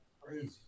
crazy